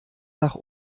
nach